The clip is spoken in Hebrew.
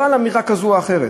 לא באמירה כזאת או אחרת.